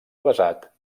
avesat